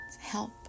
help